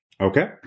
Okay